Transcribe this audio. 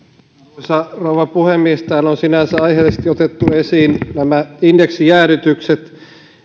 arvoisa rouva puhemies täällä on sinänsä aiheellisesti otettu esiin nämä indeksijäädytykset